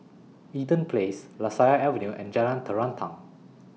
Eaton Place Lasia Avenue and Jalan Terentang